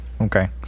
Okay